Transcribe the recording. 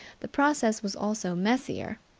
the process was also messier.